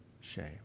shame